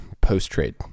post-trade